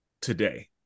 today